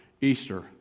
Easter